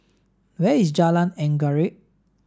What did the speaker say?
where is Jalan Anggerek